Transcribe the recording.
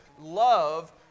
love